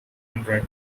hundred